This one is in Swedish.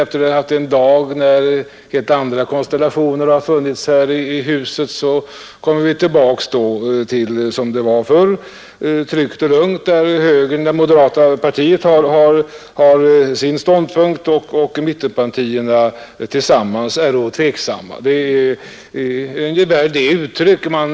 Efter en dag med helt andra konstellationer här i huset kommer vi nu tillbaka till de trygga och lugna förhållanden som rådde förr, där moderata samlingspartiet har sin ståndpunkt och mittenpartierna tillsammans är tveksamma.